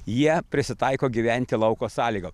jie prisitaiko gyventi lauko sąlygom